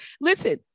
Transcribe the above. Listen